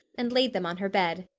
and laid them on her bed.